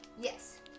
Yes